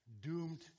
doomed